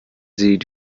sie